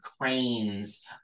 cranes